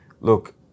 Look